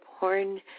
born